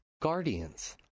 Guardians